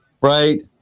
Right